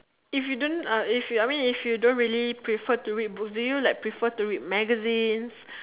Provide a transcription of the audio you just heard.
if you don't uh if you I mean if you don't really prefer to read books do you like prefer to read magazines